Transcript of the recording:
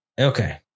okay